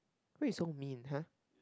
why you so mean !huh!